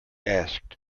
asked